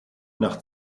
nach